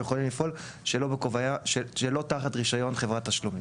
יכולים לפעול שלא תחת רישיון חברת תשלומים.